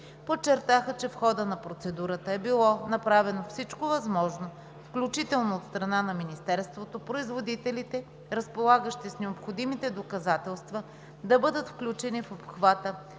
Подчертаха, че в хода на процедурата е било направено всичко възможно, включително от страна на Министерството, производителите, разполагащи с необходимите доказателства, да бъдат включени в обхвата